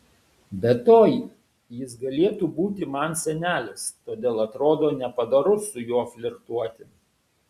be to jis galėtų būti man senelis todėl atrodo nepadoru su juo flirtuoti